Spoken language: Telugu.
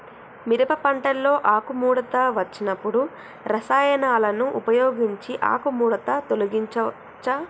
మిరప పంటలో ఆకుముడత వచ్చినప్పుడు రసాయనాలను ఉపయోగించి ఆకుముడత తొలగించచ్చా?